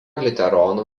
liuteronų